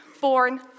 born